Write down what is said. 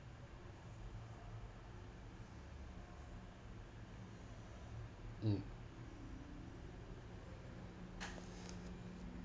mm